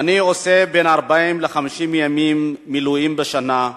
"אני עושה בין 40 ל-50 ימי מילואים בשנה,